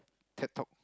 Ted-Talk